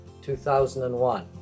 2001